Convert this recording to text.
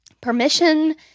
permission